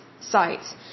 sites